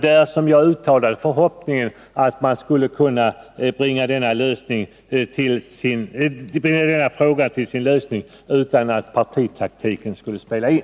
Därför uttalade jag förhoppningen att man skulle kunna bringa denna fråga till sin lösning utan att partitaktiken får spela in.